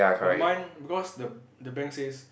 but mine because the the bank says